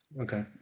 okay